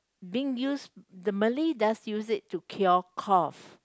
being used the Malay does use it to cure cough